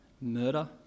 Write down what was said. murder